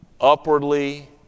upwardly